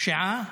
פשיעה,